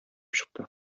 чыкты